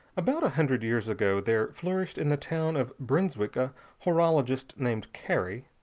about a hundred years ago there flourished in the town of brunswick a horologist named cary,